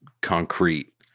concrete